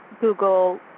google